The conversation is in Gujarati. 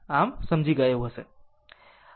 આમ આ સમજી ગયું